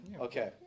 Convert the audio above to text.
Okay